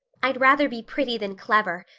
i'd rather be pretty than clever.